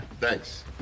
Thanks